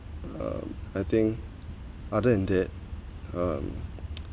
um I think other than that um